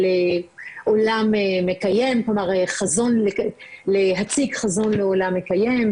על עולם מקיים, כלומר להציג חזון לעולם מקיים.